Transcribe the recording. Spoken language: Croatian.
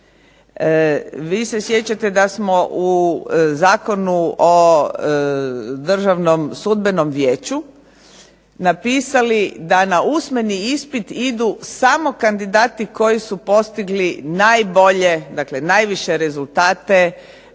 Vi se sjećate da smo u Zakonu o Državnom sudbenom vijeću napisali da na usmeni ispit idu samo kandidati koji su postigli najbolje, dakle najviše rezultate